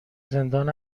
زندان